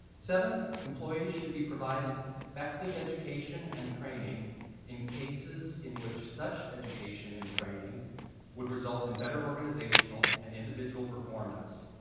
seven, employees should be provided effective education and training in cases in which such education and training would result in better organization and individual performance.